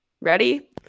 Ready